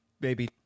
baby